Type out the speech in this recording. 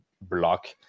block